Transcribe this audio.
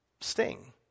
sting